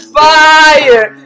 fire